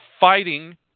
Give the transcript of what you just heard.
fighting